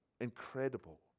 incredible